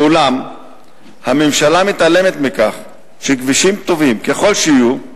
אולם הממשלה מתעלמת מכך שכבישים, טובים ככל שיהיו,